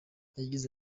yagize